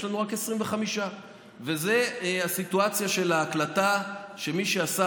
יש לנו רק 25. זו הסיטואציה של ההקלטה שמי שעשה